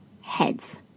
heads